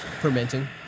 fermenting